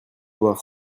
voir